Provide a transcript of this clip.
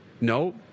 No